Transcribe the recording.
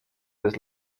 des